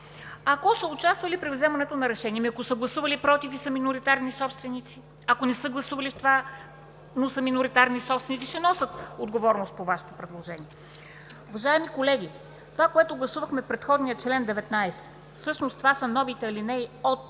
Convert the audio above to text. ако са участвали при вземането на решение. Ами, ако са гласували „против“ и са миноритарни собственици? Ако не са гласували в това, но са миноритарни собственици, ще носят отговорност по Вашето предложение. Уважаеми колеги, това, което гласувахме в предходния чл. 19, всъщност са новите алинеи от